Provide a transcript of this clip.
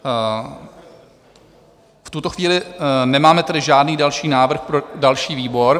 V tuto chvíli nemáme tedy žádný další návrh pro další výbor.